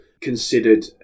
considered